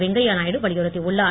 வெங்கையா நாயுடு வலியுறுத்தியுள்ளார்